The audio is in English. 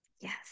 Yes